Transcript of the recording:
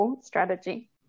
strategy